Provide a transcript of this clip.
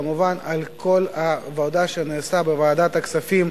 כמובן על כל העבודה שנעשתה בוועדת הכספים.